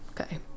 Okay